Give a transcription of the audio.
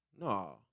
No